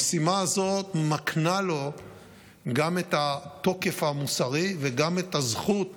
המשימה הזאת מקנה לו גם את התוקף המוסרי וגם את הזכות